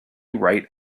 right